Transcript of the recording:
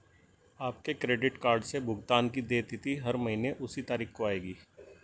आपके credit card से भुगतान की देय तिथि हर महीने उसी तारीख को आएगी